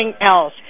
else